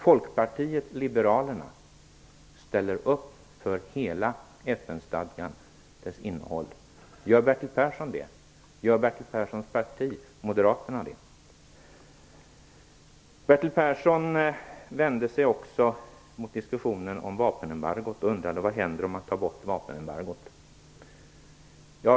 Folkpartiet liberalerna ställer upp på hela FN stadgan och dess innehåll. Gör Bertil Persson det? Gör Bertil Perssons parti, Moderaterna, det? Bertil Persson vände sig också mot diskussionen om vapenembargot och undrade vad som skulle hända om man tog bort det.